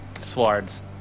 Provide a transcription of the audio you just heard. Swords